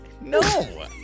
No